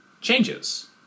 changes